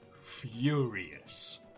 furious